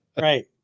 Right